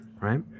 right